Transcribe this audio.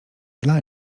dla